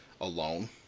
alone